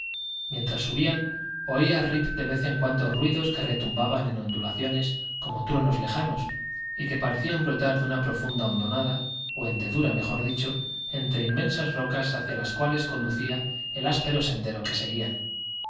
mientras subían oía rip de vez en cuando ruidos que retumbaban en ondulaciones como truenos lejanos y que parecían brotar de una profunda hondonada o hendedura mejor dicho entre inmensas rocas hacia las cuales conducía el áspero sendero que seguían